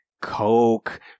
coke